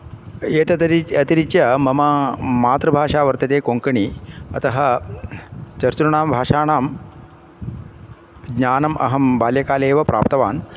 एतत् रीच्य अतिरिच्य मम मातृभाषा वर्तते कोङ्कणि अतः चतुर्णां भाषाणां ज्ञानम् अहं बाल्यकाले एव प्राप्तवान्